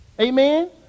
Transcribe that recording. Amen